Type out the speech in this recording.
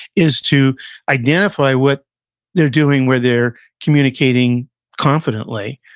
is to identify what they're doing where they're communicating confidently,